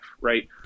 right